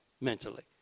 mentally